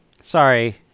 sorry